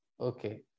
Okay